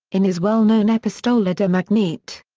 in his well-known epistola de magnete.